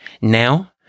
Now